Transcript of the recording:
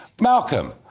Malcolm